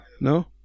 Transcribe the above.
No